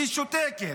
היא שותקת,